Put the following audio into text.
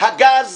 הגז